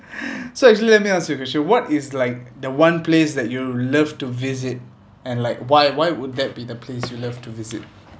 so actually let me ask you a question what is like the one place that you'll love to visit and like why why would that be the place you love to visit